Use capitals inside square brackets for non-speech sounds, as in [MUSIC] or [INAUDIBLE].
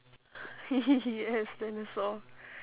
[LAUGHS] yes dinosaur